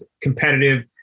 competitive